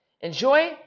enjoy